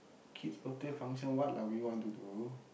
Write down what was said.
kids birthday function what lah we want to do